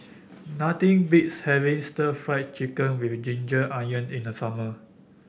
nothing beats having Stir Fried Chicken with Ginger Onions in the summer